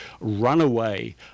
runaway